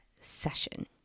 session